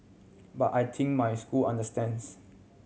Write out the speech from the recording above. but I think my school understands